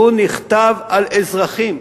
הוא נכתב על אזרחים.